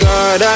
God